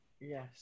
Yes